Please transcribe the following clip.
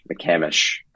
McCamish